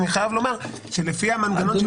אני חייב לומר שלפי המנגנון,